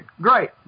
Great